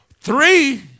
Three